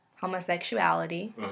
homosexuality